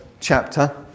chapter